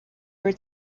were